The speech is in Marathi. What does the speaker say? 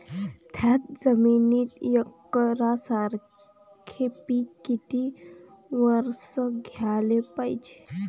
थ्याच जमिनीत यकसारखे पिकं किती वरसं घ्याले पायजे?